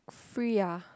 free ah